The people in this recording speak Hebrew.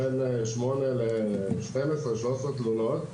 בין שמונה ל-12 - 13 תלונות.